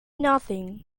nothing